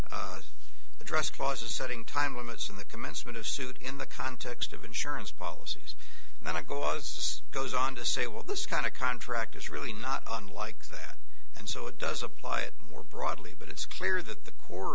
the dress clauses setting time limits in the commencement of suit in the context of insurance policies and then i go i was goes on to say well this kind of contract is really not unlike that and so it does apply it more broadly but it's clear that the core